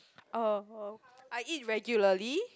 oh oh I eat regularly